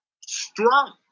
strong